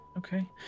okay